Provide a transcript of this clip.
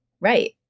right